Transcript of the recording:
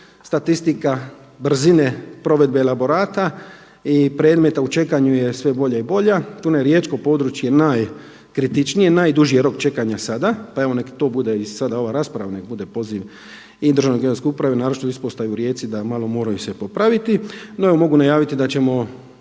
statistika brzine provedbe elaborata i predmeta u čekanju je sve bolja i bilja, Riječko područje je najkritičnije, najduži je rok čekanja sada, pa evo i neka to bude, sada ova rasprava nek bude poziv u Državnoj geodetskoj upravi a naročito Ispostavi u Rijeci da malo moraju se popraviti. No evo mogu najaviti da ćemo